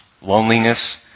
Loneliness